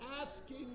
asking